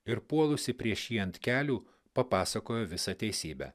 ir puolusi prieš jį ant kelių papasakojo visą teisybę